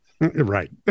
right